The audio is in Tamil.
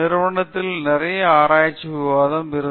நிறுவனதில் நிறைய ஆசிரியர் விவாதம் இருந்து